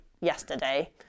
yesterday